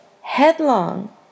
headlong